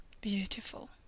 beautiful